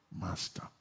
master